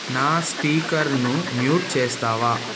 నా స్పీకర్ను మ్యూట్ చేస్తావా